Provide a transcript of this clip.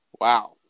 Wow